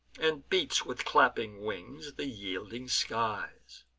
and beats with clapping wings the yielding skies.